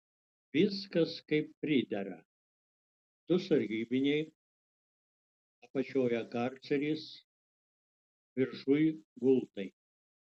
viskas kaip pridera du sargybiniai apačioje karceris viršuj gultai